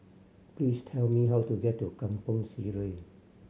please tell me how to get to Kampong Sireh